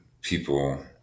people